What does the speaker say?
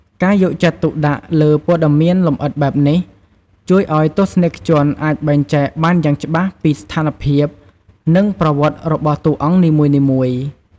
ការយកចិត្តទុកដាក់លើព័ត៌មានលម្អិតបែបនេះ ជួយឲ្យទស្សនិកជនអាចបែងចែកបានយ៉ាងច្បាស់ពីស្ថានភាព និងប្រវត្តិរបស់តួអង្គនីមួយៗ។